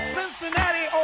Cincinnati